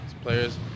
players